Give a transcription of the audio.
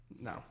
no